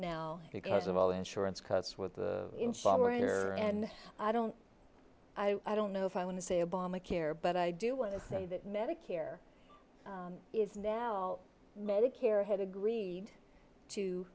now because of all insurance cuts with the and i don't i don't know if i want to say a bomb i care but i do want to say that medicare is now medicare had agreed to